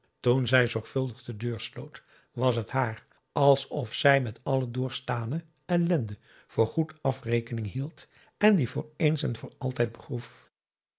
toen zij zorgvuldig de deur sloot was het haar alsof zij met alle doorgestane ellende voor goed afrekening hield en die voor eens en voor altijd begroef